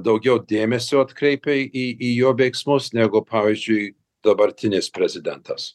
daugiau dėmesio atkreipia į į jo veiksmus negu pavyzdžiui dabartinis prezidentas